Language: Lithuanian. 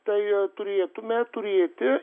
tai turėtume turėti